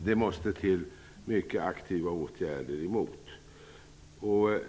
Det måste till aktiva åtgärder emot dessa försämringar.